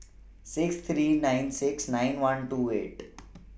six three nine six nine one two eight